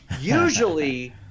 Usually